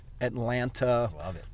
atlanta